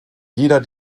jeder